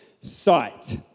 sight